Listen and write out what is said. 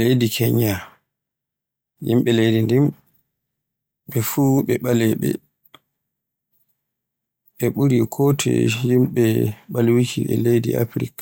Leydi Kenya, yimɓe leydi ndin ɓe fuf ɓe ɓaleeɓe, ɓe ɓuri kotoye yimɓe ɓalwuuki e leydi Afrik,